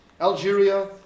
Algeria